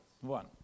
one